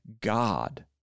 God